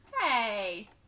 Hey